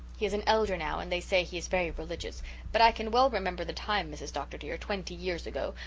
he is an elder now and they say he is very religious but i can well remember the time, mrs. dr. dear, twenty years ago,